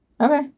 Okay